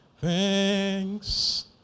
Thanks